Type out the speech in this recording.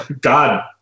God